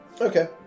Okay